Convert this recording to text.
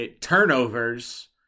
turnovers